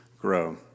grow